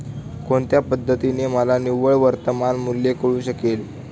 कोणत्या पद्धतीने मला निव्वळ वर्तमान मूल्य कळू शकेल?